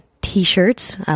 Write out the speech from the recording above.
t-shirts